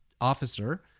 officer